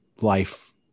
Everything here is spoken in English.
life